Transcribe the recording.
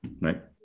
right